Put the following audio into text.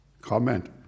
comment